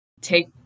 take